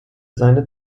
seine